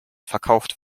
verkauft